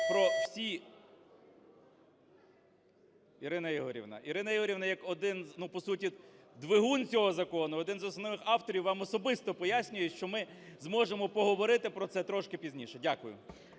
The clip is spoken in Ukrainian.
Ірина Ігорівна як один, ну, по суті двигун цього закону, один із основних авторів вам особисто пояснює, що ми зможемо поговорити про це трошки пізніше. Дякую.